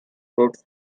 crooked